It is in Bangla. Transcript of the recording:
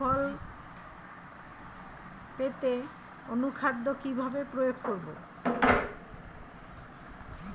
ফুল ফল পেতে অনুখাদ্য কিভাবে প্রয়োগ করব?